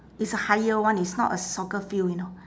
it's a higher one it's not a soccer field you know